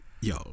Yo